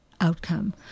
outcome